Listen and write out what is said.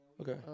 Okay